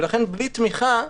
לכן בלי תמיכה,